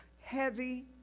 heavy